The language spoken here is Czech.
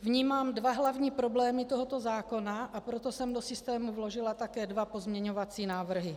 Vnímám dva hlavní problémy tohoto zákona, a proto jsem do systému vložila také dva pozměňovací návrhy.